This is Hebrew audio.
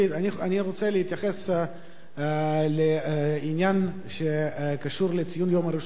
אני רוצה להתייחס לעניין שקשור לציון יום ירושלים.